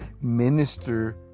Minister